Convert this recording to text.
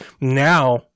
now